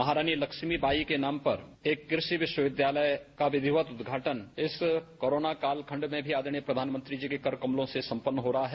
महारानी लक्ष्मीबाई के नाम पर एक कृषि विश्वविद्यालय का विधिवत् उदघाटन इस कोरोना काल खंड में भी आदरणीय प्रधानमंत्री जी के कर कमलों से संपन्न हो रहा है